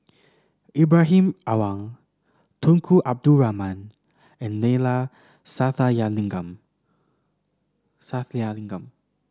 Ibrahim Awang Tunku Abdul Rahman and Neila Sathyalingam